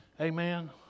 Amen